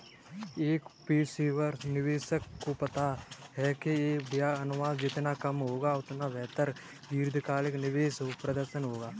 एक पेशेवर निवेशक को पता है कि व्यय अनुपात जितना कम होगा, उतना बेहतर दीर्घकालिक निवेश प्रदर्शन होगा